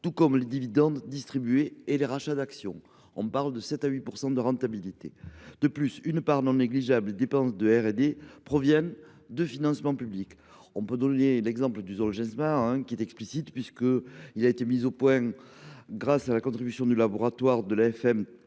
concernant les dividendes distribués et les rachats d’actions. On parle de 7 % à 8 % de rentabilité. De plus, une part non négligeable des dépenses de R&D provient de financements publics. L’exemple du Zolgensma est explicite : mis au point avec la contribution du laboratoire de l’AFM